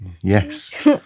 Yes